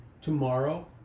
tomorrow